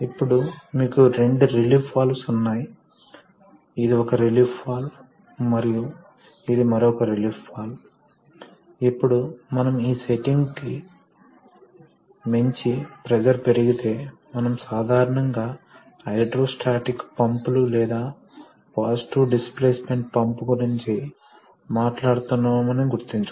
కాబట్టి మనం పెద్ద ఫోర్స్ లను సృష్టించగలము మరియు కొన్నిసార్లు అది ఒకరి మనస్సులో ఒక భ్రమను సృష్టించవచ్చు నా ఉద్దేశ్యం ఏమిటంటే భౌతిక శాస్త్రంలోని ఏదైనా లా లేకుండా అంటే ఎనర్జీ పరిరక్షణ చేయవచ్చు ఎందుకంటే ఎనర్జీ లేదా పవర్ అనేది ఫోర్స్ x వెలాసిటీ కనుక కాబట్టి మనం దీనిని చూడవచ్చు